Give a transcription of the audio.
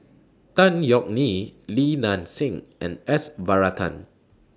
Tan Yeok Nee Li Nanxing and S Varathan